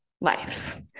life